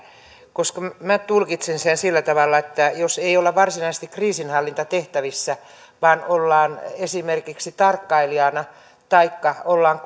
koska minä tulkitsen sen sillä tavalla että jos ei olla varsinaisesti kriisinhallintatehtävissä vaan ollaan esimerkiksi tarkkailijana taikka ollaan